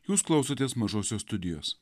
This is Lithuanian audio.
jūs klausotės mažosios studijos